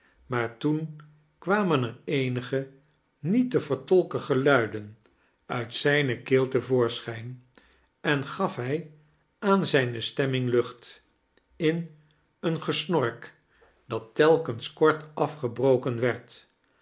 maar toea kwamen er eenige niet te vertolkea geluiden uit zijne keel te voorschijn en gaf hij aan zijne stemming luoht in een gesnork dat telkens kort afgebrokein werd